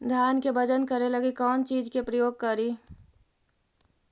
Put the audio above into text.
धान के बजन करे लगी कौन चिज के प्रयोग करि?